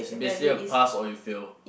it's basically a pass or you fail